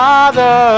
Father